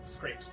great